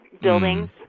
buildings